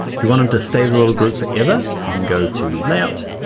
if you want them to stay as a little group forever, you can go to layout,